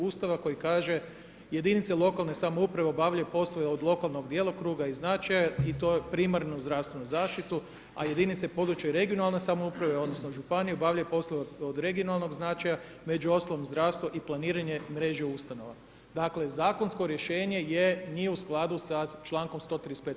Ustava koji kaže: „Jedinice lokalne samouprave obavljaju poslove od lokalnog djelokruga i značaja i to primarnu zdravstvenu zaštitu, a jedinice područne i regionalne samouprave odnosno županije obavljaju poslove od regionalnog značaja među ostalom zdravstvo i planiranje mreže ustanova.“ Dakle, zakonsko rješenje nije u skladu sa člankom 135.